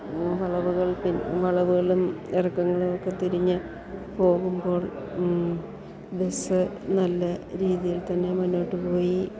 വളവുകൾ വളവുകളും ഇറക്കങ്ങളും ഒക്കെ തിരിഞ്ഞു പോകുമ്പോൾ ബസ്സ് നല്ല രീതിയിൽ തന്നെ മുന്നോട്ട് പോയി